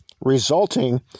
resulting